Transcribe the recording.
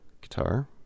guitar